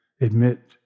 admit